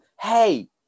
Hey